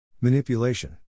Manipulation